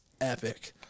epic